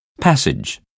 Passage